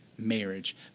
marriage